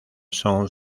son